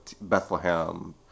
Bethlehem